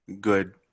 good